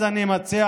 אז אני מציע